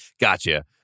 gotcha